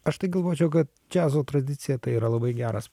aš tai galvočiau kad džiazo tradicija tai yra labai geras